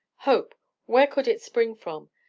hope where could it spring from?